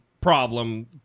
problem